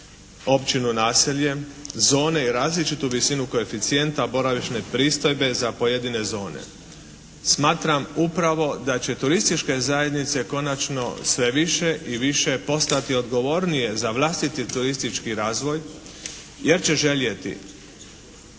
općinu, naselje zone i različitu visinu koeficijenta, boravišne pristojbe za pojedine zone. Smatram upravo da će turističke zajednice konačno sve više i više postajati odgovornije za vlastiti turistički razvoj jer će željeti